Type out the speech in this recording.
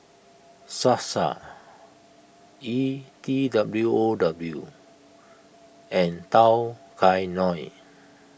Sasa E T W O W and Tao Kae Noi